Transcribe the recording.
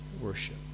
worship